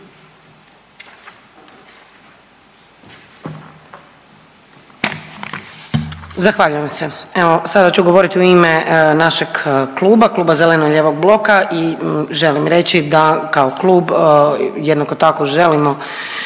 Zahvaljujem se. Evo sada ću govorit u ime našeg kluba, Kluba zeleno-lijevog bloka i želim reći da kao klub jednako tako želimo